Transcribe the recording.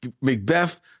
Macbeth